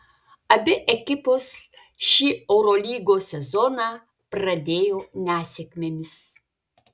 abi ekipos šį eurolygos sezoną pradėjo nesėkmėmis